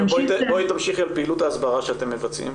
תמשיכי על פעילות ההסברה שאתם מבצעים.